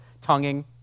tonguing